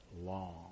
long